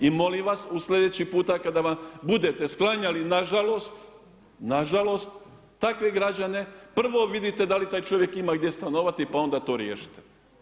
I molim vas u sljedeći puta kada budete sklanjali nažalost, takve građane, prvo vidite da li taj čovjek ima gdje stanovati pa onda to riješite.